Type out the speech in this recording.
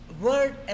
word